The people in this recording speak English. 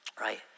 right